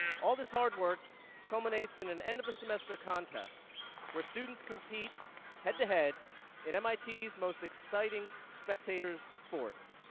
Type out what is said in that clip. all this hard work culminates in an end of the semester contest where students compete head to head in um ah mit's most exciting spectator sport.